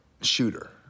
shooter—